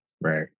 Right